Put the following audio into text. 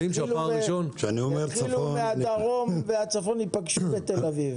שיתחילו מהדרום ומהצפון ויפגשו בתל אביב.